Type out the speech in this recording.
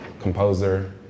composer